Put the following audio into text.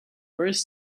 first